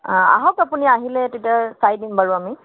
আহক আপুনি আহিলে তেতিয়া চাই দিম বাৰু আমি